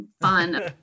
fun